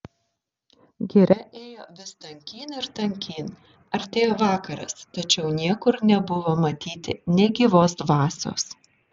giria ėjo vis tankyn ir tankyn artėjo vakaras tačiau niekur nebuvo matyti nė gyvos dvasios